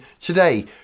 today